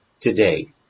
today